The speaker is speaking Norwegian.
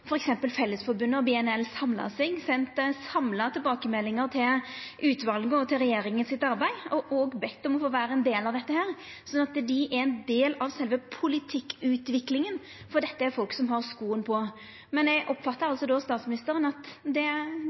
Fellesforbundet og BNL samla seg og sendt samla tilbakemeldingar til utvalet og til regjeringa sitt arbeid, og dei har òg bedt om å få vera ein del av dette. Dei er ein del av sjølve politikkutviklinga, for dette er folk som har skoa på. Eg oppfattar statsministeren slik at dei må gjerne verta involverte, men dei må verta det